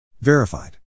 Verified